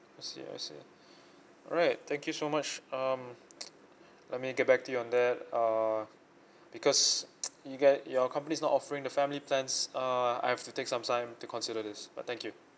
I see I see alright thank you so much um let me get back to you on that uh because you guy your company is not offering the family plans uh I've to take some time to consider this but thank you